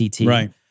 Right